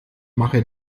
mache